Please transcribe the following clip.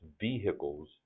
vehicles